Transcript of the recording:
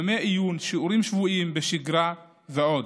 ימי עיון, שיעורים שבועיים בשגרה ועוד.